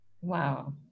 wow